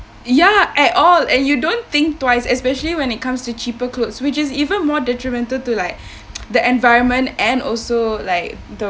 ya at all and you don't think twice especially when it comes to cheaper clothes which is even more detrimental to like the environment and also like the